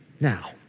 Now